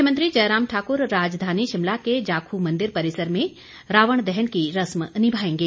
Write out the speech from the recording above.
मुख्यमंत्री जयराम ठाकुर राजधानी शिमला के जाखू मंदिर परिसर में रावण दहन की रस्म निभाएंगे